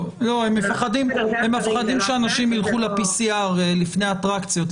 הם מפחדים שאנשים ילכו ל-PCR לפני האטרקציות,